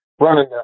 Running